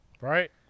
Right